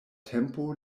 tempo